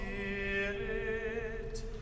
Spirit